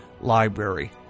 library